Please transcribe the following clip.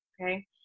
Okay